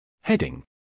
Heading